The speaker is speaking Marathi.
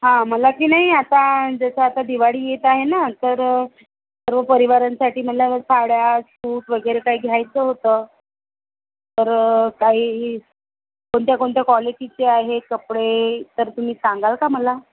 हा मला की नाही आता जसं दिवाळी येत आहे ना तर सर्व परिवारांसाठी म्हणलं साड्या सूट वगैरे काही घ्यायचं होतं तर काही कोणत्या कोणत्या क्वालिटीचे आहे कपडे तर तुम्ही सांगाल का मला